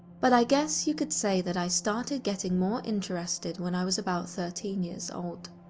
but, i guess you could say that i started getting more interested when i was about thirteen years old.